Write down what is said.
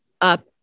up